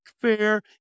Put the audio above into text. fair